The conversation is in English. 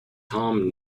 tom